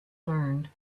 learned